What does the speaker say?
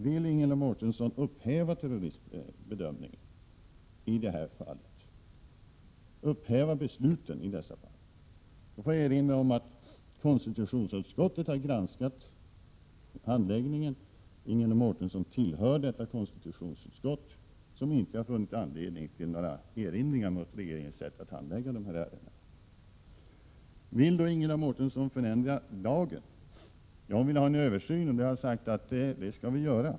Vill Ingela Mårtensson upphäva besluten i dessa fall? Jag erinrar återigen om att konstitutionsutskottet har granskat handläggningen av fallet. Vidare tillhör ju Ingela Mårtensson detta utskott, som alltså inte har funnit någon anledning att erinra mot regeringens sätt att handlägga dessa ärenden. Vill Ingela Mårtensson förändra lagen? Hon vill alltså ha en översyn, och jag har sagt att vi skall göra en sådan.